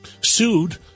sued